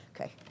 Okay